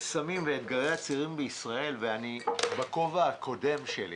סמים ואתגרי הצעירים בישראל בכובע הקודם שלי